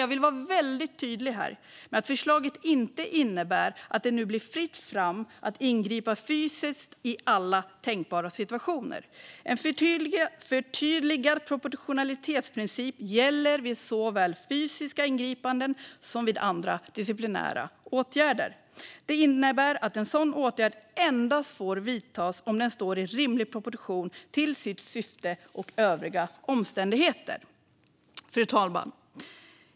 Jag vill vara väldigt tydlig med att förslaget inte innebär att det nu blir fritt fram att ingripa fysiskt i alla tänkbara situationer. En förtydligad proportionalitetsprincip gäller vid såväl fysiska ingripanden som andra disciplinära åtgärder. Det innebär att en sådan åtgärd endast får vidtas om den står i rimlig proportion till sitt syfte och övriga omständigheter. Fru talman!